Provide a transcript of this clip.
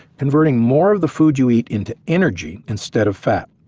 converting more of the food you eat into energy instead of fat,